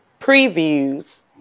previews